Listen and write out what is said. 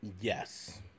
yes